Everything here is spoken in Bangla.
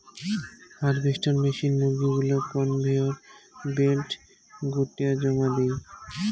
হারভেস্টার মেশিন মুরগী গুলাক কনভেয়র বেল্টে গোটেয়া জমা দেই